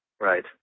right